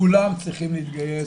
כולם צריכים להתגייס,